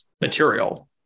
material